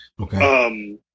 Okay